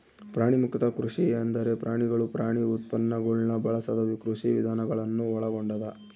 ಪ್ರಾಣಿಮುಕ್ತ ಕೃಷಿ ಎಂದರೆ ಪ್ರಾಣಿಗಳು ಪ್ರಾಣಿ ಉತ್ಪನ್ನಗುಳ್ನ ಬಳಸದ ಕೃಷಿವಿಧಾನ ಗಳನ್ನು ಒಳಗೊಂಡದ